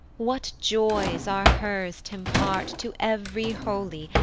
what joys are hers t' impart to ev'ry holy,